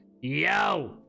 Yo